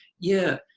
yeah.